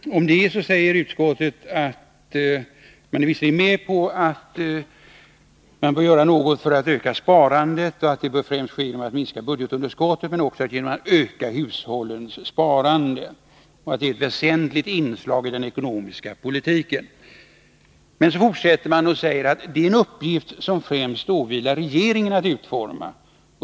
Om detta säger utskottet att man visserligen håller med om att det bör göras någonting för att öka sparandet och att det bör främst ske genom att minska budgetunderskottet, men också genom att öka hushållens sparande. Utskottet säger också att det är ett väsentligt inslag i den ekonomiska politiken. Men så fortsätter man och säger att det är en uppgift som främst åvilar regeringen att utforma.